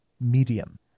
Medium